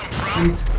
price